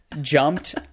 jumped